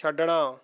ਛੱਡਣਾ